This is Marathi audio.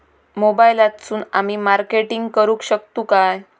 मोबाईलातसून आमी मार्केटिंग करूक शकतू काय?